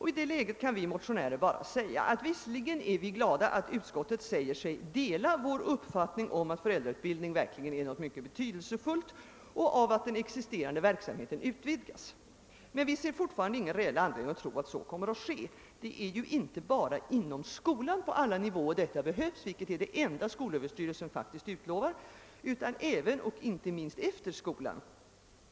I detta läge kan vi motionärer bara förklara att vi visserligen är glada över att utskottet säger sig dela vår uppfattning att föräldrautbildning verkligen är något mycket betydelsefullt och att den existerande verksamheten måste utvidgas men att vi fortfarande inte ser någon reell anledning att tro att så kommer att ske. Det är ju inte bara inom skolan på alla nivåer denna utbildning behövs, vilket är det enda skolöverstyrelsen faktiskt utlovar, utan även och inte minst efter skolan.